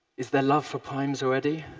is there love for primes already?